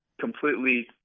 completely